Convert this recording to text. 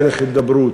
דרך הידברות,